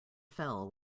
fell